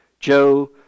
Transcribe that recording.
Joe